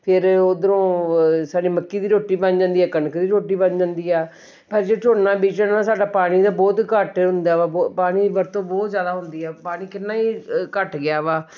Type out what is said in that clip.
ਫਿਰ ਉਧਰੋਂ ਸਾਡੇ ਮੱਕੀ ਦੀ ਰੋਟੀ ਬਣ ਜਾਂਦੀ ਆ ਕਣਕ ਦੀ ਰੋਟੀ ਬਣ ਜਾਂਦੀ ਆ ਪਰ ਜੇ ਝੋਨਾ ਬੀਜਣਾ ਸਾਡਾ ਪਾਣੀ ਦਾ ਬਹੁਤ ਘੱਟ ਹੁੰਦਾ ਵਾ ਪਾਣੀ ਦੀ ਵਰਤੋਂ ਬਹੁਤ ਜ਼ਿਆਦਾ ਹੁੰਦੀ ਆ ਪਾਣੀ ਕਿੰਨਾ ਹੀ ਘੱਟ ਗਿਆ ਵਾ